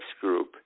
group